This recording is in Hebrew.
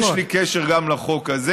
יש לי קשר גם לחוק הזה.